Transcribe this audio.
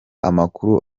amakuru